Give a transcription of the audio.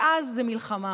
ואז זאת מלחמה.